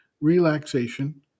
relaxation